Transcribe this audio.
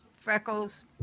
freckles